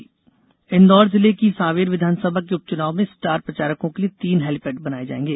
सांवेर विधानसभा इन्दौर जिले की सांवेर विधानसभा के उप चुनाव में स्टार प्रचारकों के लिए तीन हेलीपेड बनाए जाएंगे